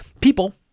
People